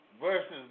versus